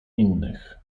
innych